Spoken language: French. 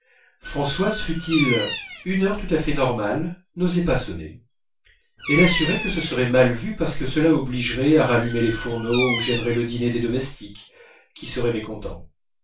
françoise fût-il une heure tout à fait normale n'osait pas sonner elle assurait que ce serait mal vu parce que cela obligerait à rallumer les fourneaux ou gênerait le dîner des domestiques qui seraient mécontents